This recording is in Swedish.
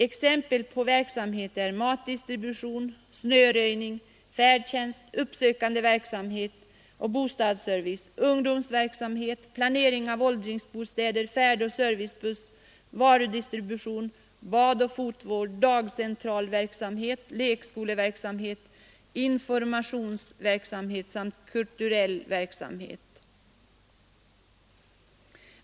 Exempel på verksamhet är matdistribution, snöröjning, färdtjänst, uppsökande verksamhet och bostadsservice, ungdomsverksamhet, planering av åldringsbostäder, färdoch servicebuss, varudistribution, bad och fotvård, dagcenterverksamhet, lekskoleverksamhet, informationsverksamhet samt kulturell verksamhet.